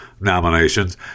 nominations